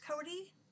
Cody